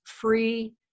Free